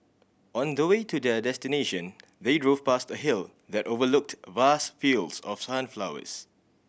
on the way to their destination they drove past a hill that overlooked vast fields of sunflowers